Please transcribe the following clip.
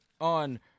on